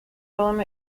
film